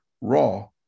raw